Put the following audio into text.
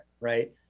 right